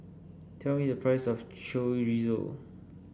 tell me the price of Chorizo